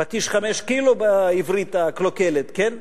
פטיש חמש קילו, בעברית הקלוקלת, כן?